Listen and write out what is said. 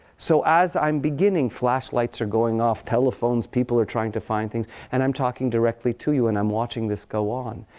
so as i'm beginning, flashlights are going off, telephones. people are trying to find things. and i'm talking directly to you. and i'm watching this go on.